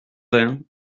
vingt